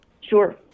sure